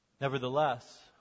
Nevertheless